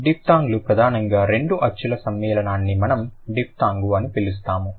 డిఫ్థాంగ్లు ప్రధానంగా రెండు అచ్చుల సమ్మేళనాన్ని మనం డిఫ్థాంగ్ అని పిలుస్తాము